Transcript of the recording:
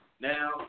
now